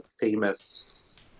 famous